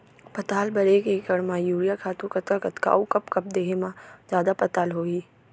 पताल बर एक एकड़ म यूरिया खातू कतका कतका अऊ कब कब देहे म जादा पताल होही?